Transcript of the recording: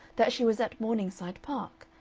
that she was at morningside park,